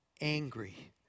angry